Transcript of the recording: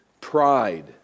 pride